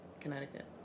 Connecticut